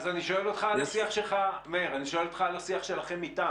מאיר, אני שואל אותך על השיח שלכם איתם.